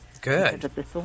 Good